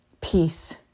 Peace